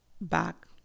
back